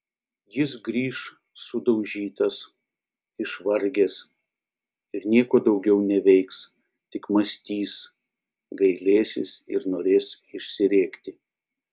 jis grįš sudaužytas išvargęs ir nieko daugiau neveiks tik mąstys gailėsis ir norės išsirėkti